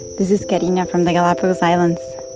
this is karina from the galapagos islands.